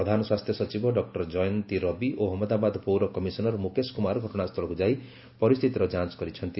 ପ୍ରଧାନ ସ୍ୱାସ୍ଥ୍ୟ ସଚିବ ଡକ୍ଟର ଜୟନ୍ତୀ ରବି ଓ ଅହନ୍ମଦାବାଦ ପୌର କମିଶନର୍ ମୁକେଶ କୁମାର ଘଟଣାସ୍ଥଳକୁ ଯାଇ ପରିସ୍ଥିତିର ଯାଞ୍ଚ କରିଛନ୍ତି